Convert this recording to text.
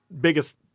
biggest